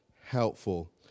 helpful